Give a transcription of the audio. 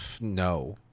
no